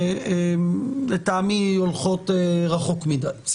לטעמי הולכות רחוק מדי או